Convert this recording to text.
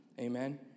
Amen